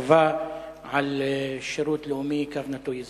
הכתבה על שירות לאומי-אזרחי,